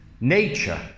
nature